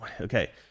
Okay